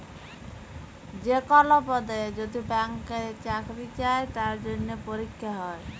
যে কল পদে যদি ব্যাংকে চাকরি চাই তার জনহে পরীক্ষা হ্যয়